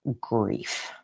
grief